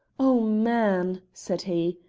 oh, man! said he,